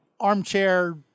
armchair